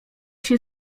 się